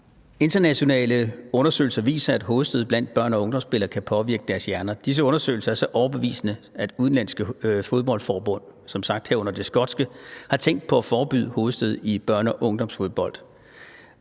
Internationale undersøgelser viser, at hovedstød blandt børne- og ungdomsspillere kan påvirke deres hjerner. Disse undersøgelser er så overbevisende, at udenlandske fodboldforbund, som sagt herunder det skotske, har tænkt på at forbyde hovedstød i børne- og ungdomsfodbold.